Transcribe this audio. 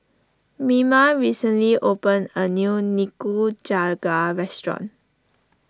Mima recently opened a new Nikujaga restaurant